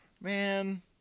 man